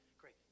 great